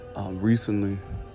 Recently